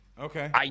Okay